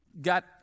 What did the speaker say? got